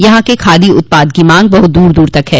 यहां के खादी उत्पाद की मांग बहुत दूर दूर तक है